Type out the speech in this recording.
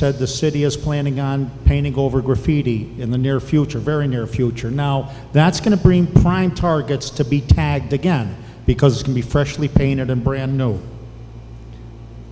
said the city is planning on painting over graffiti in the near future very near future now that's going to bring prime targets to be tagged again because can be freshly painted and brim no